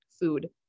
food